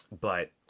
but-